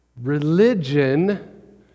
Religion